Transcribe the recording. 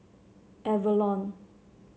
Avalon